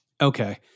Okay